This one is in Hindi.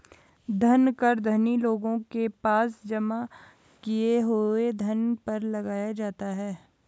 धन कर धनी लोगों के पास जमा किए हुए धन पर लगाया जाता है